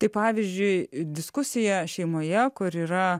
tai pavyzdžiui diskusija šeimoje kur yra